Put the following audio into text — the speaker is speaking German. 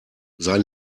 sein